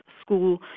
school